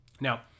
Now